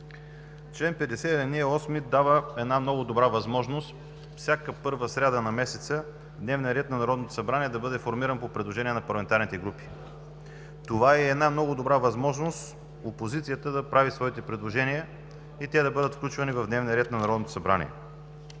Член 50, алинея 8 дава много добра възможност всяка първа сряда на месеца дневният ред на Народното събрание да бъде формиран по предложение на парламентарните групи. Това е и много добра възможност опозицията да прави своите предложения и те да бъдат включвани в дневния ред на Народното събрание.